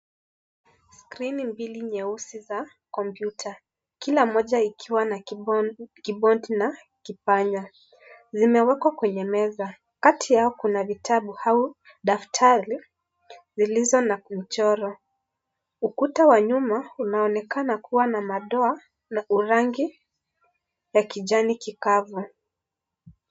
Skrini mbili nyeusi za kompyuta, kila moja ikiwa na kibodi na kipanya. Zimewekwa kwenye meza. Kati Yao kuna vitabu, daftari zilizo na michoro. Ukuta wa nyuma unaonekana kuwa na madoa na rangi ya kijani kikavu.